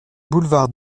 boulevard